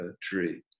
tree